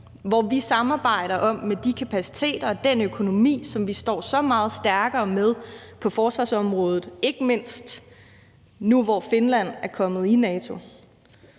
hvor vi samarbejder med de kapaciteter og den økonomi, som vi står så meget stærkere med på forsvarsområdet, ikke mindst nu, hvor Finland er kommet med i NATO,